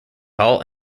hall